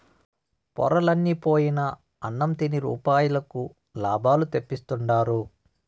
పొరలన్ని పోయిన అన్నం తిని యాపారులకు లాభాలు తెప్పిస్తుండారు